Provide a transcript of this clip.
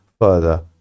further